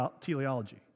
teleology